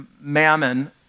mammon